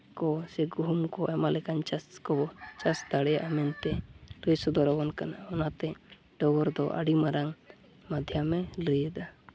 ᱠᱚ ᱥᱮ ᱜᱩᱦᱩᱢ ᱠᱚ ᱟᱭᱢᱟ ᱞᱮᱠᱟᱱ ᱪᱟᱥ ᱠᱚ ᱪᱟᱥ ᱫᱟᱲᱮᱭᱟᱜᱼᱟ ᱢᱮᱱᱛᱮ ᱞᱟᱹᱭ ᱥᱚᱫᱚᱨᱟᱵᱚᱱ ᱠᱟᱱᱟ ᱚᱱᱟᱛᱮ ᱰᱚᱜᱚᱨ ᱫᱚ ᱟᱹᱰᱤ ᱢᱟᱨᱟᱝ ᱢᱟᱫᱽᱫᱷᱟᱭᱟᱢᱮ ᱞᱟᱹᱭᱮᱫᱟ